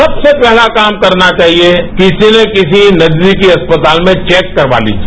सबसे पहला काम करना चाहिए किसी ना किसी नजदीकी अस्पताल में चेक करवा लीजिए